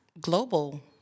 global